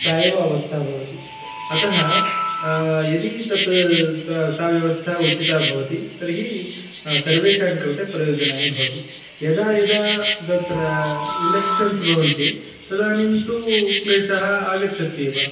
सा एव अवस्था भवति अतः यदि तत् ता सा व्यवस्था उचिता भवति तर्हि सर्वेषां कृते प्रयोजनाय भवति यदा यदा तत्र एलेक्षन्स् भवन्ति तदानीं तु क्लेशः आगच्छत्येव